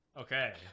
okay